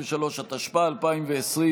53), התשפ"א 2020,